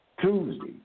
Tuesday